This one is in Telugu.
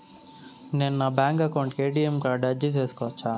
నేను నా బ్యాంకు అకౌంట్ కు ఎ.టి.ఎం కార్డు అర్జీ సేసుకోవచ్చా?